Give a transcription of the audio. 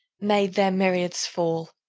made their myriads fall.